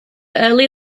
early